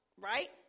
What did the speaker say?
right